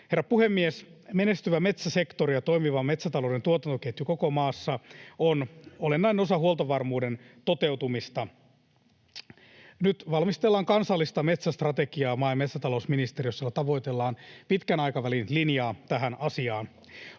Herra puhemies! Menestyvä metsäsektori ja toimiva metsätalouden tuotantoketju koko maassa on olennainen osa huoltovarmuuden toteutumista. Nyt valmistellaan kansallista metsästrategiaa maa- ja metsätalousministeriössä, jolla tavoitellaan pitkän aikavälin linjaa tähän asiaan.